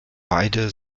beide